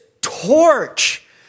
torch